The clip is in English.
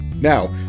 Now